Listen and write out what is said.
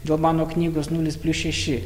dėl mano knygos nulis plius šeši